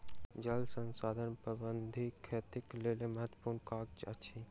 जल संसाधन प्रबंधन खेतीक लेल महत्त्वपूर्ण काज अछि